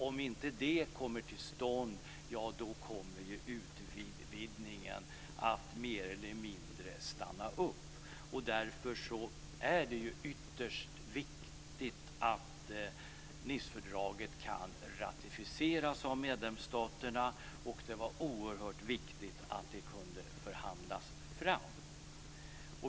Om detta inte kommer till stånd kommer utvidgningen att mer eller mindre stanna upp. Därför är det ytterst viktigt att Nicefördraget kan ratificeras av medlemsstaterna. Det var oerhört viktigt att det kunde förhandlas fram.